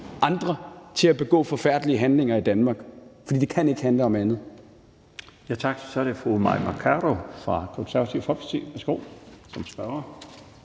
andre til at begå forfærdelige handlinger i Danmark, for det kan ikke handle om andet.